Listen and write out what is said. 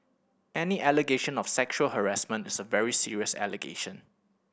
any allegation of sexual harassment is a very serious allegation